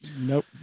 Nope